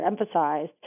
emphasized